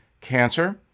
cancer